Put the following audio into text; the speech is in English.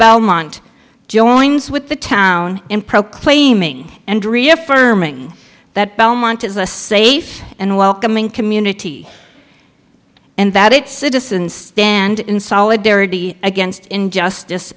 belmont joins with the town in proclaiming and reaffirming that belmont is a safe and welcoming community and that its citizens stand in solidarity against injustice